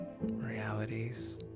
realities